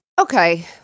okay